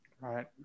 right